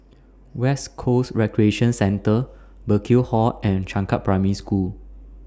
West Coast Recreation Centre Burkill Hall and Changkat Primary School